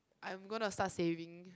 I'm gonna start saving